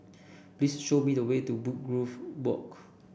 please show me the way to Woodgrove Walk